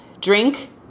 Drink